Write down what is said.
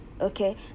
okay